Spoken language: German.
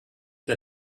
der